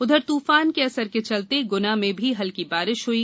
उधर तूफान के असर के चलते गुना में भी हल्की बारिश हुई